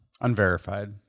Unverified